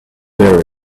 bear